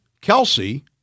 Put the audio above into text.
Kelsey